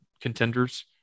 contenders